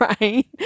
right